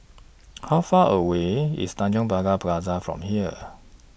How Far away IS Tanjong Pagar Plaza from here